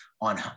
on